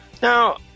Now